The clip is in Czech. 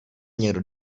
někdo